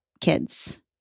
kids